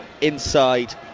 inside